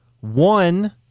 One